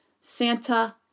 santa